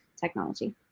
technology